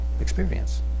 experience